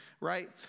right